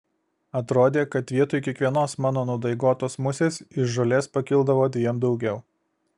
atrodė kad vietoj kiekvienos mano nudaigotos musės iš žolės pakildavo dviem daugiau